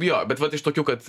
jo bet vat iš tokių kad